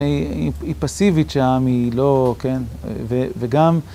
היא פסיבית שם, היא לא, כן, וגם...